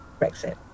Brexit